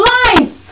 life